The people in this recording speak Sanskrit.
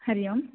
हरिः ओम्